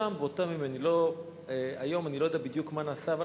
אני לא יודע בדיוק מה נעשה היום,